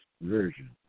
Version